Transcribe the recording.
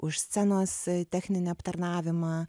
už scenos techninį aptarnavimą